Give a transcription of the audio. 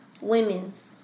women's